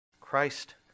Christ